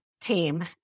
team